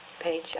Page